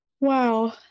Wow